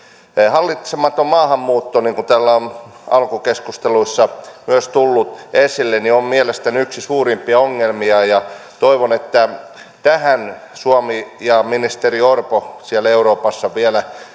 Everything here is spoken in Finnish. hallitsematon maahanmuutto niin kuin täällä on alkukeskusteluissa myös tullut esille on mielestäni yksi suurimpia ongelmia ja toivon että tähän suomi ja ministeri orpo siellä euroopassa vielä